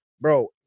bro